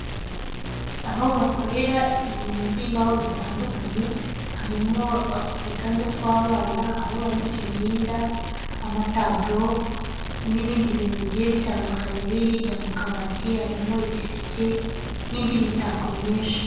Aho bakorera ibintu by'imbaho bitandukanye harimo ututanda tw'abana, aho banika imyenda amataburo n'ibindi bintu bigiye bitandukanye, hirya mu kabati harimo ibiseke n'indi mitako myinshi.